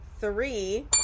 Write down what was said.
three